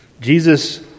Jesus